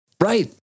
Right